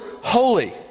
holy